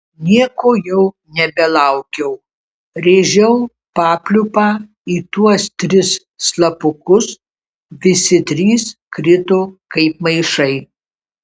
nieko jau nebelaukiau rėžiau papliūpą į tuos tris slapukus visi trys krito kaip maišai